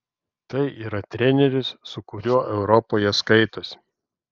tai yra treneris su kuriuo europoje skaitosi